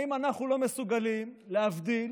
האם אנחנו לא מסוגלים להבדיל